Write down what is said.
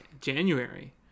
January